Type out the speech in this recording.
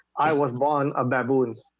i was born a baboon